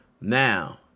Now